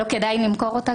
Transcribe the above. לא כדאי למכור אותה,